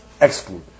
exclude